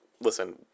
listen